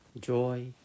joy